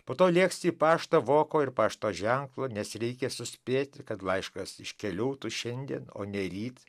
po to lėksi į paštą voko ir pašto ženklą nes reikia suspėti kad laiškas iškeliautų šiandien o ne ryt